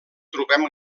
trobem